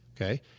Okay